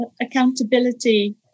accountability